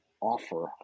offer